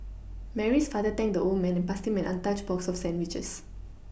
Mary's father thanked the old man and passed him an untouched box of sandwiches